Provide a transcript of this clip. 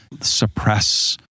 suppress